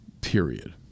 Period